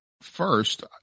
first